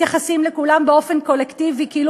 מתייחסים לכולם באופן קולקטיבי כאילו